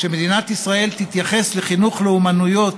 שמדינת ישראל תתייחס לחינוך לאומנויות,